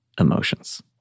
emotions